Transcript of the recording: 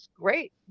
great